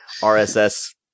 RSS